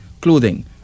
clothing